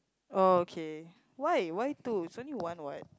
oh okay why why two it's only one what